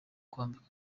kwambikwa